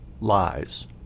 lies